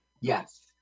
Yes